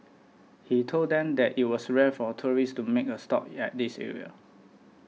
he told them that it was rare for tourists to make a stop yet this area